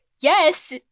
yes